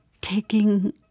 taking